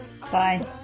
Bye